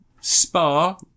Spa